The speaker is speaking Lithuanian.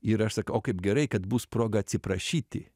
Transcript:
ir aš sakau kaip gerai kad bus proga atsiprašyti